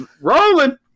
Rolling